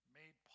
made